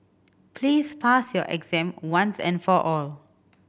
please pass your exam once and for all